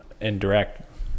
indirect